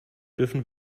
dürfen